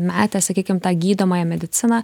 metė sakykim tą gydomąją mediciną